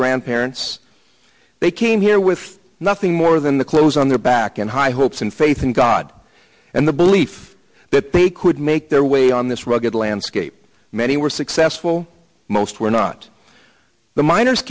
grandparents they came here with nothing more than the clothes on their back and high hopes and faith in god and the belief that they could make their way on this rugged landscape many were successful most were not the miners